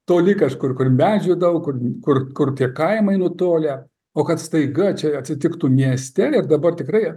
toli kažkur kur medžių daug kur kur kur tie kaimai nutolę o kad staiga čia atsitiktų mieste ir dabar tikrai